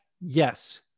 yes